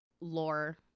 Lore